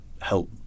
help